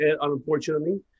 unfortunately